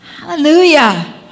Hallelujah